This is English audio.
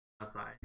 outside